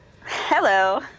Hello